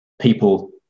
people